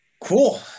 Cool